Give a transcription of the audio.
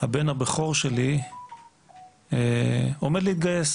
הבן הבכור שלי עומד להתגייס